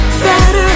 Better